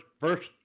first